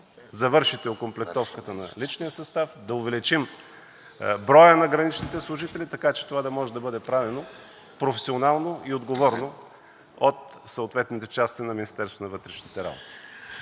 завършите окомплектовката на наличния състав, да увеличим броя на граничните служители, така че това да може да бъде правено професионално и отговорно от съответните части на